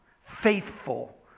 faithful